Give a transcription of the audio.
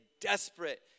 desperate